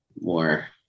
more